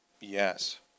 Yes